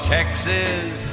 Texas